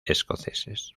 escoceses